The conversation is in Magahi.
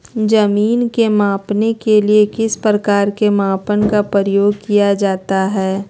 जमीन के मापने के लिए किस प्रकार के मापन का प्रयोग किया जाता है?